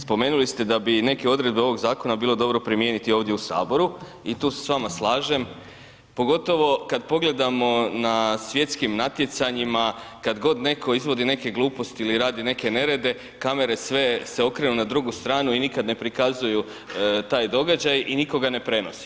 Spomenuli ste da bi neke odredbe ovoga zakona bilo dobro primijeniti ovdje u Saboru, i tu se s vama slažem, pogotovo kad pogledamo na svjetskim natjecanjima, kad god netko izvodi neke gluposti ili radi neke nerede, kamere sve se okrenu na drugu stranu i nikad ne prikazuju taj događaj i nitko ga ne prenosi.